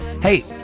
hey